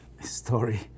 story